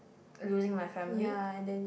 losing my family